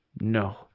no